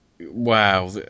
wow